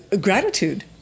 Gratitude